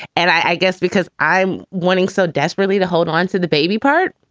and i guess because i'm wanting so desperately to hold onto the baby part,